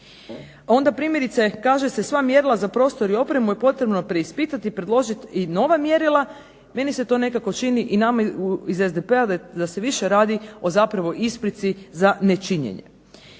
Onda primjerice, kaže se sva mjerila za prostor i opremu je potrebno preispitati i predložiti nova mjerila meni se to nekako čini i nama iz SDP-a da se više radi o isprici za nečinjenje.